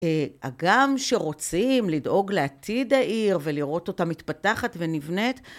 הגם שרוצים לדאוג לעתיד העיר ולראות אותה מתפתחת ונבנית.